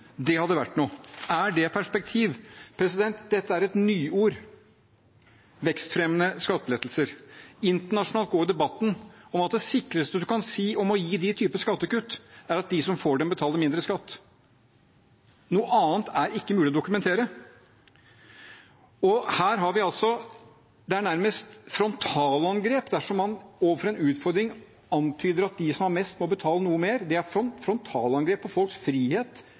det hadde vært noe. Er det perspektiv? Dette er et nyord: vekstfremmende skattelettelser. Internasjonalt handler debatten om at det sikreste man kan si om å gi den typen skattekutt, er at de som får dem, betaler mindre skatt. Noe annet er ikke mulig å dokumentere. Og her er det nærmest et frontalangrep dersom man overfor en utfordring antyder at de som har mest, må betale noe mer – det er et frontalangrep på folks frihet